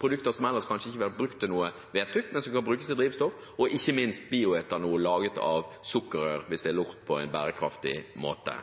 produkter som ellers kanskje ikke har vært brukt til noe vettug, men som kan brukes til drivstoff, og ikke minst bioetanol laget av sukkerrør, hvis det er gjort på en bærekraftig måte.